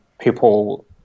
people